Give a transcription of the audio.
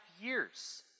years